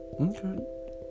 okay